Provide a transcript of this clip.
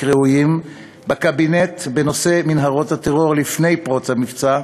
ראויים בקבינט בנושא מנהרות הטרור לפני פרוץ המבצע,